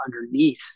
underneath